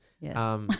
Yes